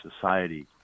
society